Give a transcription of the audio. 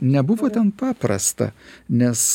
nebuvo ten paprasta nes